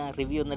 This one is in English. review